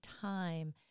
time